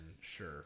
sure